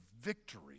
victory